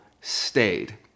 stayed